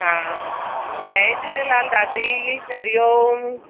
हा जय झूलेलाल दादी हरिओम